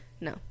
No